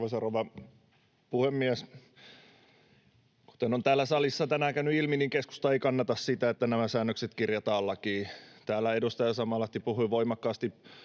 Arvoisa rouva puhemies! Kuten on täällä salissa tänään käynyt ilmi, niin keskusta ei kannata sitä, että nämä säännökset kirjataan lakiin. Täällä edustaja Sammallahti puhui voimakkaasti